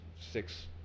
six